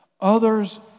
others